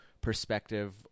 perspective